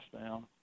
down